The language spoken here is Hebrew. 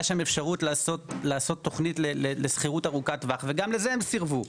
שם אפשרות לעשות תוכנית לשכירות ארוכת טווח וגם לזה הם סירבו,